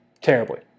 Terribly